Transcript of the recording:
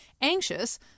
Anxious